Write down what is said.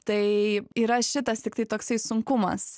tai yra šitas tiktai toksai sunkumas